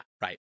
right